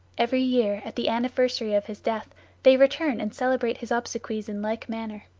every year at the anniversary of his death they return and celebrate his obsequies in like manner.